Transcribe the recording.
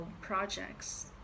projects